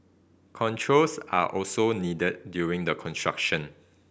controls are also needed during the construction